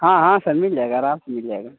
हाँ हाँ सर मिल जाएगा आराम से मिल जाएगा